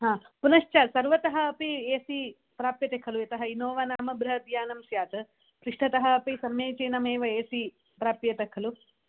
पुनश्च सर्वतः अपि ए सि प्राप्यते खलु यतः इनोवा नाम बृहद्यानं स्यात् पृष्ठतः अपि समीचीनमेव ए सि प्राप्यते खलु